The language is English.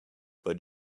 but